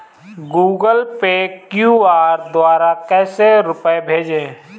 Google Pay QR द्वारा कैसे रूपए भेजें?